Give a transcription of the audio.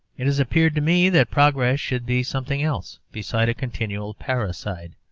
it has appeared to me that progress should be something else besides a continual parricide